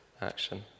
action